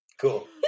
cool